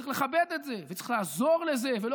צריך לכבד את זה וצריך לעזור לזה ולא